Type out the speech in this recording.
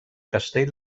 castell